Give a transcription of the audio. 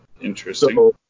Interesting